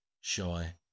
shy